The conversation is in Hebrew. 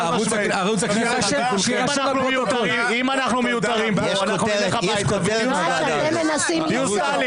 --- אם אנחנו מיותרים פה נלך הביתה, תהיו סטלין.